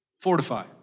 fortify